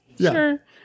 sure